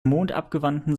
mondabgewandten